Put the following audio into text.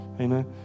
Amen